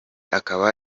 akaba